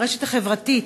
הרשת החברתית,